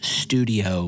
studio